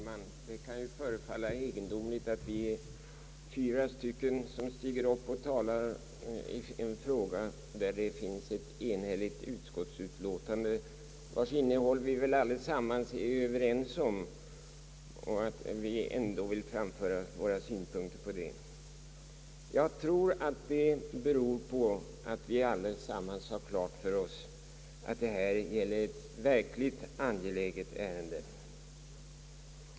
Herr talman! Det kan ju förefalla egendomligt att vi fyra ledamöter stiger upp och talar i en fråga, där det finns ett enhälligt utskottsutlåtande, vars innehåll vi väl alla är överens om, och att vi ändå vill framföra våra synpunkter i ärendet. Jag tror att det beror på att vi allesammans har klart för oss, att det här gäller ett verkligt angeläget ärende.